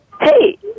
Hey